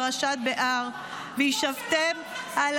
פרשת בהר: "וישבתם על